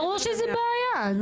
ברור שיש פה בעיה.